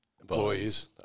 Employees